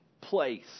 place